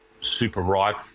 super-ripe